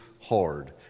hard